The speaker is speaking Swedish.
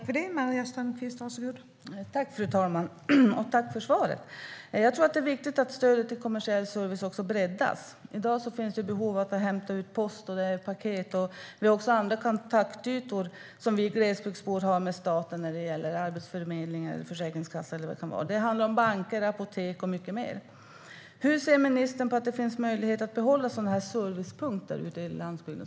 Fru talman! Tack för svaret! Jag tror att det är viktigt att stödet till kommersiell service också breddas. I dag finns det behov av att hämta ut post och paket, och det handlar också om andra kontaktytor som vi glesbygdsbor har med staten, till exempel Arbetsförmedlingen, Försäkringskassan eller vad det kan vara. Det handlar om banker, apotek och mycket mer. Hur ser ministern på möjligheten att behålla sådana här så kallade servicepunkter ute på landsbygden?